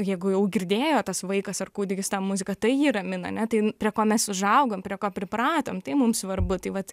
jeigu jau girdėjo tas vaikas ar kūdikis tą muziką tai jį ramina ne tai prie ko mes užaugom prie ko pripratom tai mum svarbu tai vat